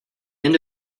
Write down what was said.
end